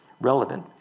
relevant